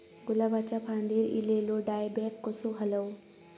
गुलाबाच्या फांदिर एलेलो डायबॅक कसो घालवं?